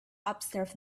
observed